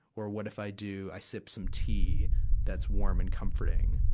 or what if i do, i sip some tea that's warm and comforting?